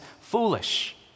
foolish